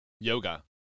Yoga